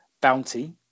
bounty